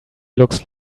looks